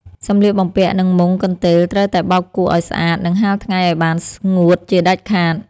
សម្លៀកបំពាក់ និងមុងកន្ទេលត្រូវតែបោកគក់ឱ្យស្អាត និងហាលថ្ងៃឱ្យបានស្ងួតជាដាច់ខាត។